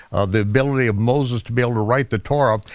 the ability of moses to be able to write the torah,